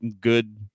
good –